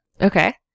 Okay